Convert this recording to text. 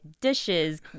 dishes